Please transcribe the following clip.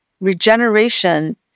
regeneration